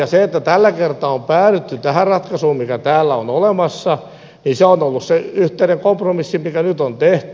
se että tällä kertaa on päädytty tähän ratkaisuun mikä täällä on olemassa on ollut se yhteinen kompromissi mikä nyt on tehty